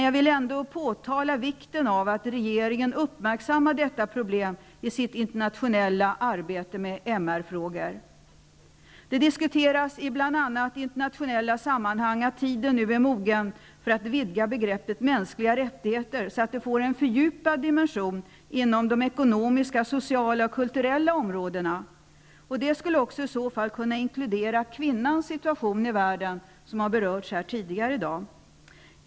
Jag vill dock här påpeka vikten av att regeringen uppmärksammar detta problem i sitt internationella arbete med MR Det sägs i bl.a. internationella sammanhang att tiden nu är mogen för att vidga begreppet mänskliga rättigheter så, att det får en fördjupad dimension inom de ekonomiska, sociala och kulturella områdena. Det skulle i så fall också kunna inkludera kvinnans situation i världen, som har berörts tidigare här i dag.